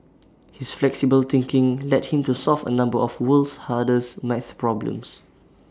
his flexible thinking led him to solve A number of world's hardest math problems